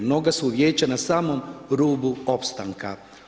Mnoga su vijeća na samom rubu opstanka.